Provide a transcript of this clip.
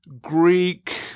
Greek